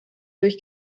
durch